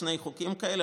שני חוקים כאלה,